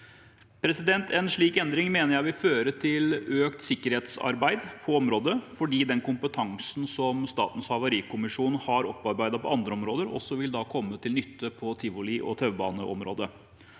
ikke i dag. En slik endring mener jeg vil føre til økt sikkerhetsarbeid på området fordi den kompetansen som Statens havarikommisjon har opparbeidet på andre områder, også vil komme til nytte på tivoli- og taubaneområdet.